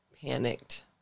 panicked